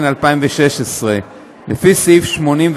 התשע"ז 2016. יציג את ההחלטה